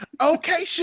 okay